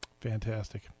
Fantastic